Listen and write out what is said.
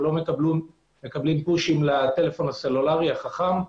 הם לא מקבלים פושים לטלפון הסלולרי החכם.